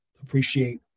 appreciate